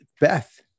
Beth